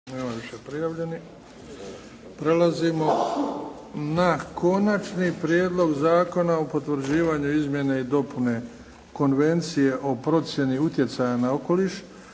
rujna 2008. godine Prijedlog Zakona o potvrđivanju izmjene i dopune Konvencije o procjeni utjecaja na okoliš